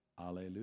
Alleluia